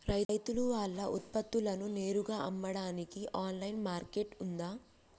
రైతులు వాళ్ల ఉత్పత్తులను నేరుగా అమ్మడానికి ఆన్లైన్ మార్కెట్ ఉందా?